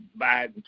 Biden